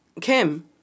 Kim